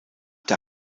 der